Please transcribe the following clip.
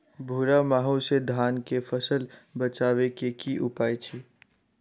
भूरा माहू सँ धान कऽ फसल बचाबै कऽ की उपाय छै?